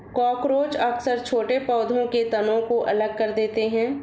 cockroach अक्सर छोटे पौधों के तनों को अलग कर देते हैं